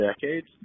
decades